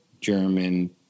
German